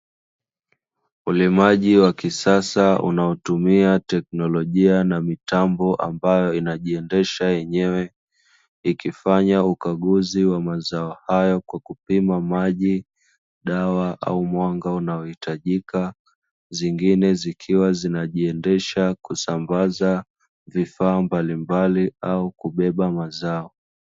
Ulimaji wa kisasa unaotumia teknolojia na mitambo ambayo inajiendesha yenyewe, ikifanya ukaguzi wa mazao hayo kwa kupima maji, dawa au mwanga unaohitajika, zingine zikiwa zinajiendesha kusambaza vifaa mbalimbali au kubeba mazao.